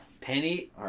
Penny